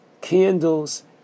candles